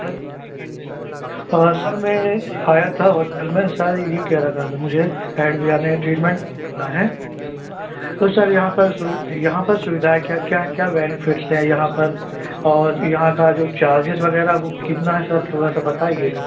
sir sir मैं आया था हॉस्पिटल में सर यह कह रहा था सर मुझे याने ट्रीटमेन्ट कराना है तो सर यहाँ पर यहाँ पर सुविधाएँ क्या क्या हैं क्या बेनिफ़िट्स हैं यहाँ पर और यहाँ का जो चार्ज़ेस वग़ैरह वह कितना है सर थोड़ा सा बताइएगा